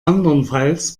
andernfalls